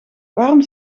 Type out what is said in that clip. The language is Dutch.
waarom